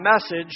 message